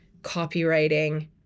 copywriting